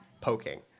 poking